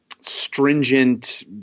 stringent